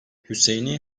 hüseyni